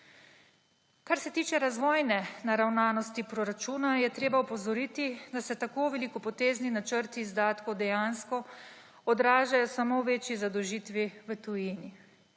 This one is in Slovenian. Kar se tiče razvojne naravnanosti proračuna, je treba opozoriti, da se tako velikopotezni načrti izdatkov dejansko odražajo samo v večji zadolžitvi v tujini.